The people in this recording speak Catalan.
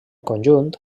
conjunt